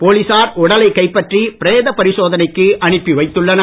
போலீசார் உடலைக் கைப்பற்றி பிரேக பரிசோதனைக்கு அனுப்பிவைத்துள்ளனர்